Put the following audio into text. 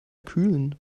kühlen